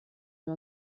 wir